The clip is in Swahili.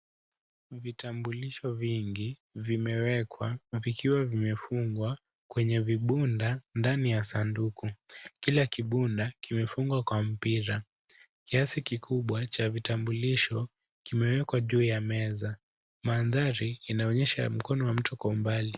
Vitambulisho vingi vimewekwa vikiwa vimefungwa kwenye vibunda ndani ya sanduku. Kila kibunda kimefungwa kwa mpira. Kiasi kikubwa cha vitambulisho kimewekwa juu ya meza mandhari inaonyesha mkono wa mtu kwa umbali.